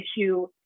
issue